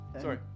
Sorry